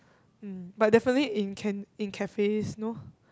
um but definitely in can in cafes no